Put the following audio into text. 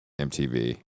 mtv